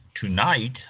tonight